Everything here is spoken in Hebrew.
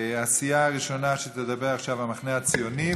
הסיעה הראשונה שתדבר עכשיו היא המחנה הציוני,